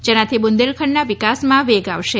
જેનાથી બુંદેલ ખંડના વિકાસમાં વેગ આવશે